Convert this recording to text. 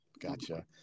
Gotcha